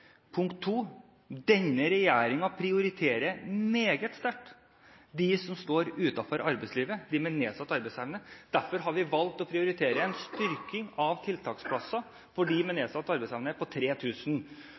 Punkt to: Denne regjeringen prioriterer meget sterkt dem som står utenfor arbeidslivet, dem med nedsatt arbeidsevne. Derfor har vi valgt å prioritere å styrke antallet tiltaksplasser for dem med